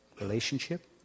Relationship